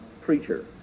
preacher